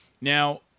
now